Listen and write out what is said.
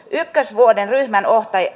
ykkösvuoden ryhmänohjaaja